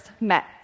met